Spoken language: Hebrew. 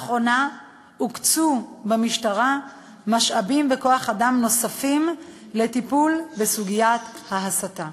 לאחרונה הוקצו במשטרה משאבים וכוח-אדם נוספים לטיפול בסוגיית ההסתה.